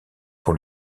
pour